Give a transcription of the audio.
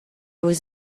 was